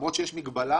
למרות שיש מגבלה,